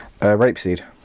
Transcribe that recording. Rapeseed